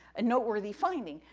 a noteworthy finding.